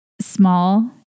small